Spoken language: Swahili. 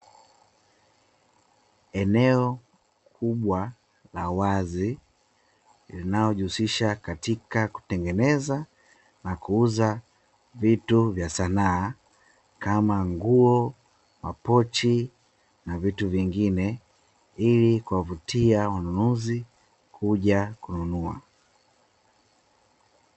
Eneo kubwa la wazi linalo jihusisha katika kutengeneza na kuuza vitu vya sanaa kama: nguo, mapochi na vitu vingine, hii inawavutia wanunuzi kuja kununua.